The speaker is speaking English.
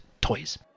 toys